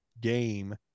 game